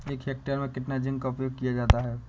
एक हेक्टेयर में कितना जिंक का उपयोग किया जाता है?